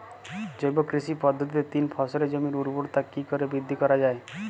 জৈব কৃষি পদ্ধতিতে তিন ফসলী জমির ঊর্বরতা কি করে বৃদ্ধি করা য়ায়?